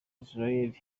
israel